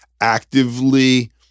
actively